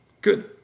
Good